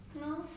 no